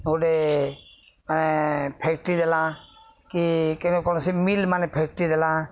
ଗୋଟେ ମାନେ ଫ୍ୟାକ୍ଟ୍ରି ଦେଲା କି କେନ କୌଣସି ମିଲ୍ ମାନେ ଫ୍ୟାକ୍ଟ୍ରି ଦେଲା